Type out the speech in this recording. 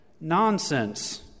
Nonsense